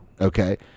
Okay